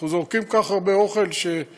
אנחנו זורקים כל כך הרבה אוכל ומים,